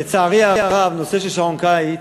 לצערי הרב, הנושא של שעון קיץ,